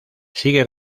sigue